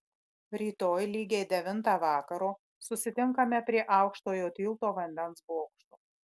rytoj lygiai devintą vakaro susitinkame prie aukštojo tilto vandens bokšto